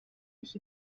ich